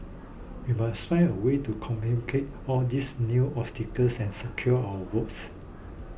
we must find a way to communicate all these new obstacles and secure our votes